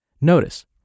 Notice